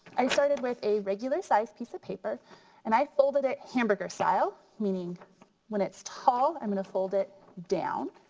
i started with a regular size piece of paper and i folded it hamburger style meaning when it's tall i'm gonna fold it down.